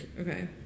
Okay